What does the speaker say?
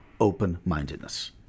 open-mindedness